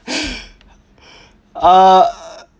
uh